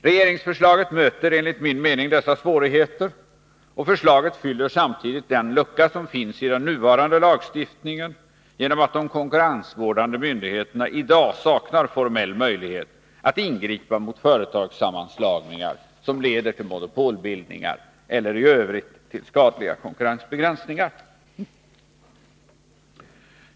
Regeringsförslaget tillgodoser enligt min mening de nämnda kraven, och förslaget fyller samtidigt den lucka som finns i den nuvarande lagstiftningen genom att de konkurrensvårdande myndigheterna i dag saknar formell möjlighet att ingripa mot företagssammanslagningar som leder till monopolbildningar eller i övrigt till skadliga konkurrensbegränsningar.